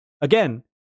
again